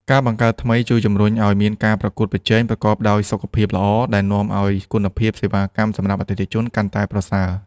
ការបង្កើតថ្មីជួយជំរុញឱ្យមានការប្រកួតប្រជែងប្រកបដោយសុខភាពល្អ ដែលនាំឱ្យគុណភាពសេវាកម្មសម្រាប់អតិថិជនកាន់តែប្រសើរ។